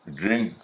drink